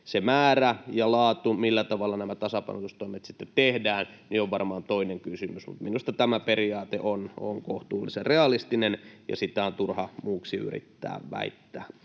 Se määrä ja laatu, millä tavalla nämä tasapainotustoimet sitten tehdään, on varmaan toinen kysymys, mutta minusta tämä periaate on kohtuullisen realistinen, ja sitä on turha muuksi yrittää väittää.